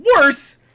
Worse